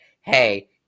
Hey